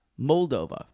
Moldova